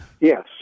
Yes